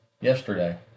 yesterday